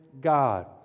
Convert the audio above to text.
God